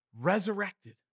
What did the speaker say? resurrected